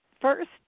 first